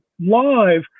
live